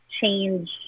change